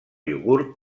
iogurt